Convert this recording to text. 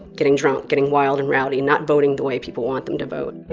getting drunk, getting wild and rowdy, not voting the way people want them to vote.